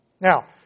Now